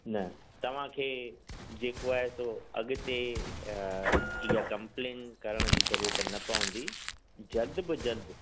न तव्हां खे जेको आहे सो अॻिते इहा कम्पलेन करण जी ज़रूरत न पवंदी जल्द बि जल्दु